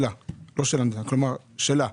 כלומר, שלה.